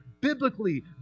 Biblically